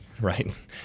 right